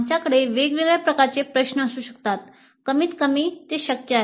आमच्याकडे वेगवेगळ्या प्रकारचे प्रश्न असू शकतात कमीतकमी शक्य आहे